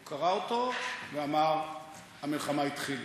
הוא קרא אותו ואמר: המלחמה התחילה,